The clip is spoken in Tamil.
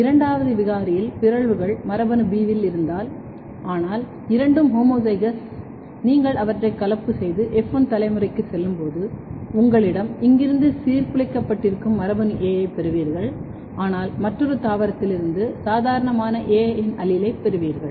இரண்டாவது விகாரியில் பிறழ்வுகள் மரபணு B இல் இருந்தால் ஆனால் இரண்டும் ஹோமோசைகஸ் நீங்கள் அவற்றைக் கலப்பு செய்து எஃப் 1 தலைமுறைக்குச் செல்லும்போது உங்களிடம் இங்கிருந்து சீர்குலைக்கப் பட்டிருக்கும் மரபணு A ஐ பெறுவீர்கள் ஆனால் மற்றொரு தாவரத்திலிருந்து சாதாரணமான A இன் அலீலை நீங்கள் பெறுவீர்கள்